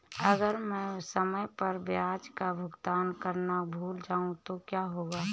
अगर मैं समय पर ब्याज का भुगतान करना भूल जाऊं तो क्या होगा?